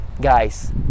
guys